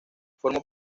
formó